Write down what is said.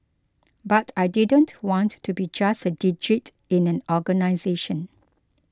but I didn't want to be just a digit in an organisation